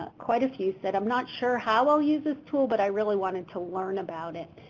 ah quite a few said i'm not sure how i'll use this tool, but i really wanted to learn about it.